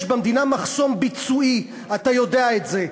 יש במדינה מחסום ביצועי, אתה יודע את זה.